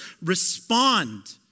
respond